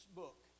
book